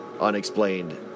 unexplained